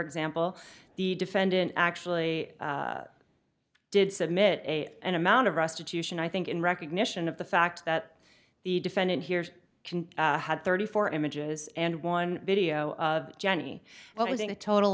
example the defendant actually did submit a an amount of restitution i think in recognition of the fact that the defendant here is had thirty four images and one video of jenny was in a total